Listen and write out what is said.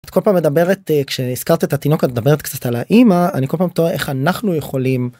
את כל פעם מדברת כשהזכרת את התינוקת את מדברת קצת על האמא אני כל פעם תוהה איך אנחנו יכולים.